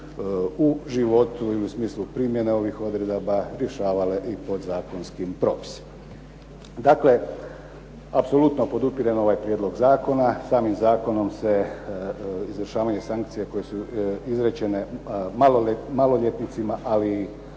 u životu i u smislu primjene ovih odredaba rješavale i podzakonskim propisima. Dakle, apsolutno podupirem ovaj prijedlog zakona. Samim zakonom se izvršavanje sankcija koje su izrečene maloljetnicima, ali i